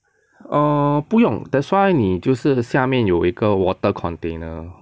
err 不用 that's why 你就是下面有一个 water container